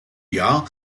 jahr